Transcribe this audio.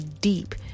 deep